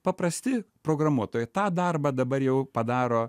paprasti programuotojai tą darbą dabar jau padaro